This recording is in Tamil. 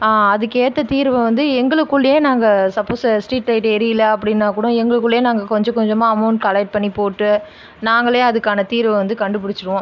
அதற்கேத்த தீர்வை வந்து எங்களுக்குளையே நாங்கள் சப்போஸ் ஸ்ட்ரீட் லைட் ஏரியவில அப்படினா கூடம் எங்களுக்குளேயே நாங்கள் கொஞ்சம் கொஞ்சமாக அமௌன்ட் கலெக்ட் பண்ணி போட்டு நாங்களே அதற்கான தீர்வை வந்து கண்டுபிடிச்சிடுவோம்